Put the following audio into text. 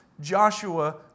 Joshua